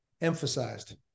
emphasized